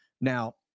Now